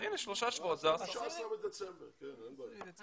נו אז עד 19 בדצמבר אין בעיה.